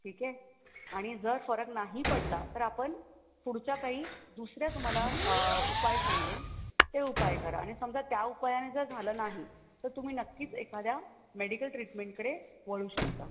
ठीक आहे आणि जर फरक नाही पडला तर आपण पुढच्या काही दुसऱ्या तुम्हाला उपाय सांगेन ते उपाय करा आणि समजा त्या उपायाने जर झालं नाही तर तुम्ही नक्कीच एखाद्या मेडिकल ट्रीटमेंटकडे वळू शकता